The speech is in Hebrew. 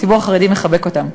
הציבור החרדי מחבק אותם.